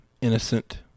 innocent